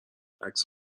عکس